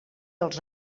els